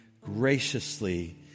graciously